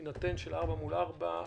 בהינתן שהתוצאות הן 4 מול 4,